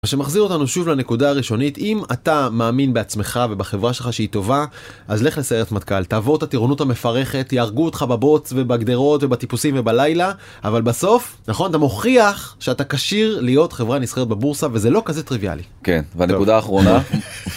מה שמחזיר אותנו שוב לנקודה ראשונית, אם אתה מאמין בעצמך ובחברה שלך שהיא טובה, אז לך לסיירת מטכ"ל, תעבור את הטירונות המפרכת, יהרגו אותך בבוץ ובגדרות ובטיפוסים ובלילה. אבל בסוף נכון אתה מוכיח שאתה כשיר להיות חברה נסחרת בבורסה וזה לא כזה טריוויאלי. כן והנקודה האחרונה.